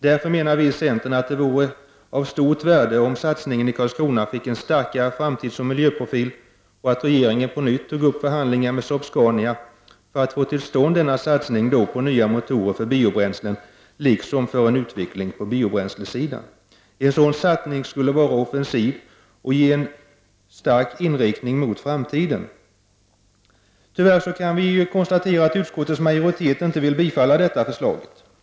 Därför menar vi i centern att det vore av stort värde om satsningen i Karlskrona fick en starkare framtidsoch miljöprofil och regeringen på nytt tog upp förhandlingar med Saab-Scania för att få till stånd denna satsning på nya motorer för biobränslen liksom för en utveckling på biobränslesidan. En sådan satsning skulle vara offensiv och ge en stark inriktning mot framtiden. Tyvärr kan vi konstatera att utskottets majoritet inte vill bifalla detta förslag.